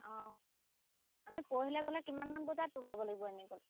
অঁ আমি পৰহিলৈ গ'লে কিমান মান বজাত ওলাব লাগিব এনেই